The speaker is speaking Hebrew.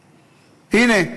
הנה,